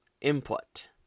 input